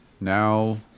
now